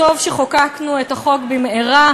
טוב שחוקקנו את החוק במהירות.